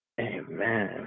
Amen